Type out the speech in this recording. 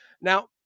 Now